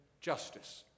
justice